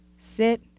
sit